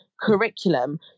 curriculum